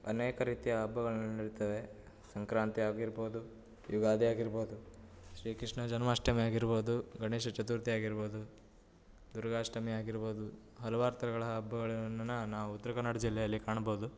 ಅನೇಕ ರೀತಿಯ ಹಬ್ಬಗಳ್ನು ಇರ್ತವೆ ಸಂಕ್ರಾಂತಿ ಆಗಿರ್ಬೋದು ಯುಗಾದಿ ಆಗಿರ್ಬೋದು ಶ್ರೀಕೃಷ್ಣ ಜನ್ಮಾಷ್ಟಮಿ ಆಗಿರ್ಬೋದು ಗಣೇಶ ಚತುರ್ಥಿ ಆಗಿರ್ಬೋದು ದುರ್ಗಾಷ್ಟಮಿ ಆಗಿರ್ಬೋದು ಹಲವಾರು ಥರಗಳ ಹಬ್ಬಗಳನ್ನ ನಾವು ಉತ್ತರ ಕನ್ನಡ ಜಿಲ್ಲೆಯಲ್ಲಿ ಕಾಣಬೋದು